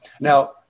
Now